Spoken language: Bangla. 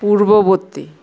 পূর্ববর্তী